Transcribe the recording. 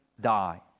die